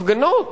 הפגנות,